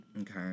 Okay